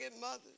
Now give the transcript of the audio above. mothers